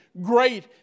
great